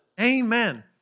Amen